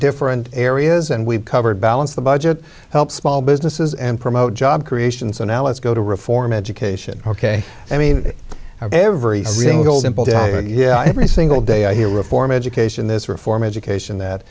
different areas and we've covered balanced the budget help small businesses and promote job creation so now let's go to reform education ok i mean every single simple yeah every single day i hear reform education this reform education that